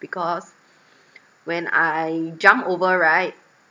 because when I jump over right